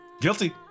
Guilty